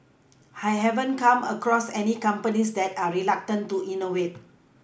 I haven't come across any companies that are reluctant to innovate